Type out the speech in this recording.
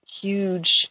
huge